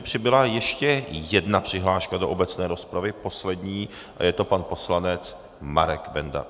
Přibyla mi tady ještě jedna přihláška do obecné rozpravy, poslední, a je to pan poslanec Marek Benda.